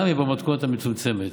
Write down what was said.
גם אם במתכונת המצומצמת.